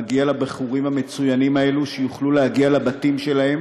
מגיע לבחורים המצוינים האלה שיוכלו להגיע לבתים שלהם